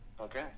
Okay